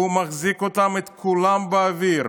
והוא מחזיק אותם, את כולם, באוויר